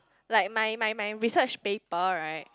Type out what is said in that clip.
like my my my my research paper right